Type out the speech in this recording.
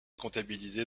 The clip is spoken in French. comptabilisées